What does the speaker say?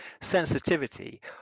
sensitivity